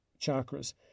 chakras